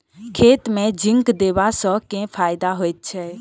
खेत मे जिंक देबा सँ केँ फायदा होइ छैय?